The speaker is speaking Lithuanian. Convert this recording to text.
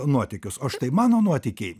nuotykius o štai mano nuotykiai